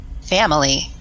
Family